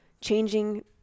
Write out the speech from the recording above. changing